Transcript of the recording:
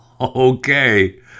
Okay